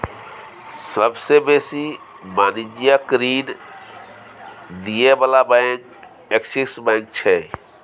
सबसे बेसी वाणिज्यिक ऋण दिअ बला बैंक एक्सिस बैंक छै